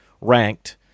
ranked